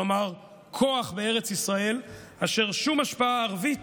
כלומר כוח בארץ ישראל אשר שום השפעה ערבית